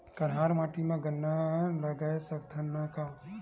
कन्हार माटी म गन्ना लगय सकथ न का?